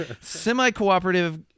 semi-cooperative